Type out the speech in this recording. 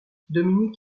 dominic